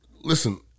Listen